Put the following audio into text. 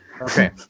Okay